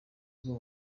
ubwo